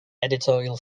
editorial